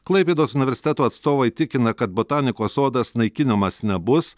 klaipėdos universiteto atstovai tikina kad botanikos sodas naikinamas nebus